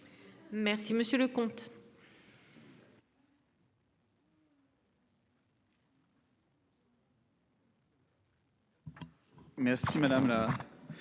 Merci, Monsieur le comte.